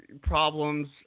problems